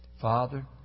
Father